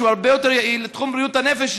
שהוא הרבה יותר יעיל בתחום בריאות הנפש,